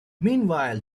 meanwhile